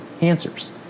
Answers